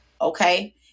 okay